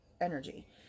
energy